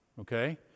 Okay